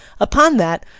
upon that,